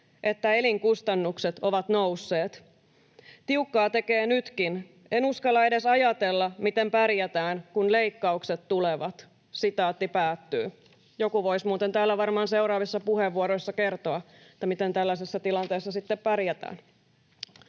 että elinkustannukset ovat nousseet. Tiukkaa tekee nytkin. En uskalla edes ajatella, miten pärjätään, kun leikkaukset tulevat.” — Joku voisi muuten täällä varmaan seuraavissa puheenvuoroissa kertoa, miten tällaisessa tilanteessa sitten pärjätään.